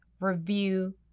review